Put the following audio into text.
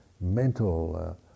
mental